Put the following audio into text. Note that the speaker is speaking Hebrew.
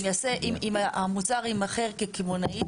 אם המוצר יימכר כקמעונאי,